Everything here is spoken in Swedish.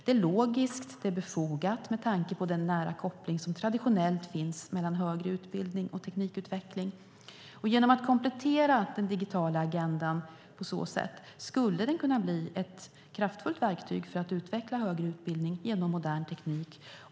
Det är logiskt, och det är befogat med tanke på den nära koppling som traditionellt finns mellan högre utbildning och teknikutveckling. Genom att komplettera den digitala agendan på så sätt skulle den kunna bli ett kraftfullt verktyg för att kunna utveckla högre utbildning genom modern teknik.